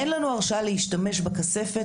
אין לנו הרשאה להשתמש בכספת,